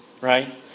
Right